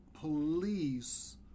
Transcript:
police